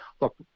Look